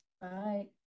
Bye